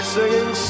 Singing